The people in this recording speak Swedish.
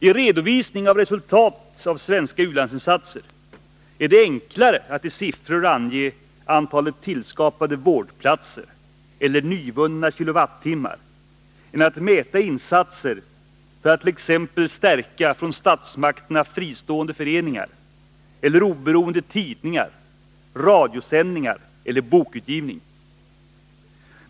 I en redovisning av resultatet av svenska u-landsinsatser är det enklare att i siffror ange antalet tillskapade vårdplatser eller nyvunna kilowattimmar än att mäta insatser för att t.ex. stärka från statsmakterna fristående föreningar eller oberoende tidningar, radiosändningar eller bokutgivning.